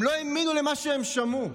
הם לא האמינו למה שהם שמעו,